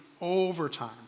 overtime